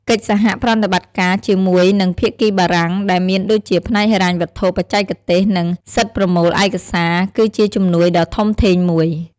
កិច្ចសហប្រតិបត្តិការជាមួយនឹងភាគីបារំាង ដែលមានដូចជាផ្នែកហិរញ្ញវត្ថុបច្ចេកទេស និងសិទ្ធប្រមូលឯកសារ គឺជាជំនួយដ៏ធំធេងមួយ។